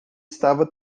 estava